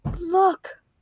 Look